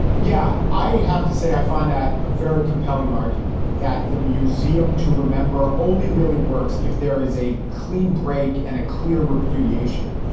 yeah, i have to say, i find that a very compelling argument that the museum to remember only really works if there is a clean break and a clear repudiation.